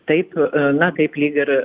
taip na taip lyg ir